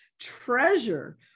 treasure